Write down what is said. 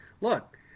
Look